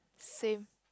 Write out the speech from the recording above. same